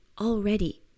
already